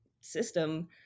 system